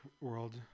world